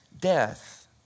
death